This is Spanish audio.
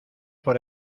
por